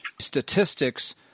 statistics